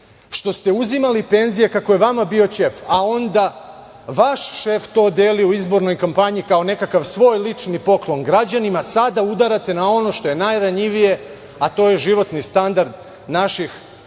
što ste uzimali penzije kako je vama bio ćef, a onda vaš šef to deli u izbornoj kampanji kao nekakav svoj lični poklon građanima, sada udarate na ono što je najranjivije, a to je životni standard naših